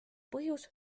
põhjus